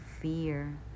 fear